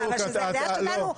אבל כשזו דעה שלנו,